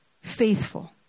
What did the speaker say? faithful